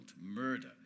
murder